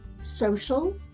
social